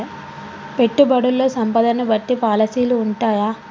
పెట్టుబడుల్లో సంపదను బట్టి పాలసీలు ఉంటయా?